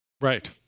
Right